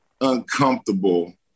uncomfortable